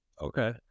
Okay